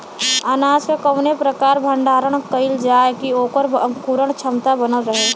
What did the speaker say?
अनाज क कवने प्रकार भण्डारण कइल जाय कि वोकर अंकुरण क्षमता बनल रहे?